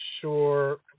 sure